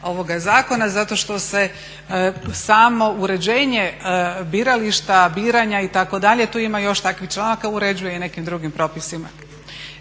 ovoga zakona, zato što se samo uređenje birališta, biranja itd. tu ima još takvih članaka, uređuje i nekim drugim propisima.